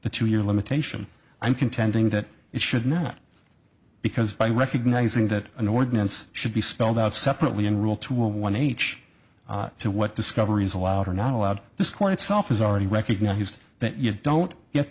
the to your limitation i'm contending that it should not because by recognizing that an ordinance should be spelled out separately in rule to one h to what discoveries allowed or not allowed this court itself is already recognized that you don't get